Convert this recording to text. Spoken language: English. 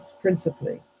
principally